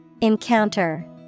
Encounter